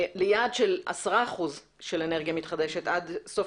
ליעד של 10% של אנרגיה מתחדשת עד סוף